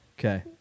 Okay